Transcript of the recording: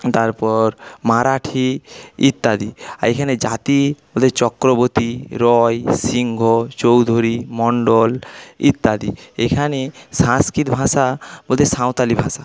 তারপর মারাঠি ইত্যাদি আর এখানে জাতি চক্রবর্তী রায় সিংহ চৌধুরী মন্ডল ইত্যাদি এখানে সাংস্কৃত ভাষা বলতে সাঁওতালি ভাষা